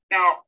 Now